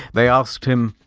they asked him.